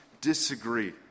disagree